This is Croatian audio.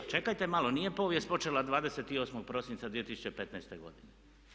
Pa čekajte malo nije povijest počela 28. prosinca 2015. godine.